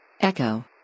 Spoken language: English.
Echo